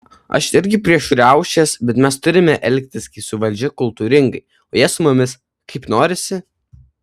aš irgi prieš riaušės bet mes turime elgtis su valdžia kultūringai o jie su mumis kaip norisi